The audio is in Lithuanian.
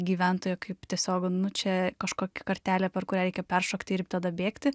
gyventoją kaip tiesiog nu čia kažkokią kartelę per kurią reikia peršokti ir tada bėgti